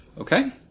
Okay